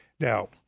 Now